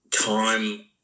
time